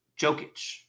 Jokic